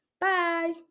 Bye